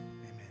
amen